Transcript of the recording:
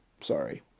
Sorry